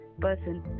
person